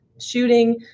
shooting